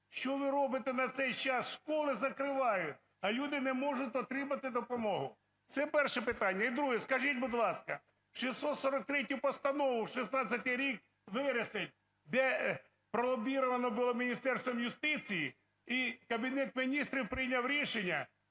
Що ви робите на цей час? Школи закривають, а люди не можуть отримати допомогу. Це перше питання. І друге. Скажіть, будь ласка, 643 Постанову, 16-й рік, вересень, де пролобіровано було Міністерством юстиції, і Кабінет Міністрів прийняв рішення